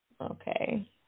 Okay